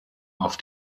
auf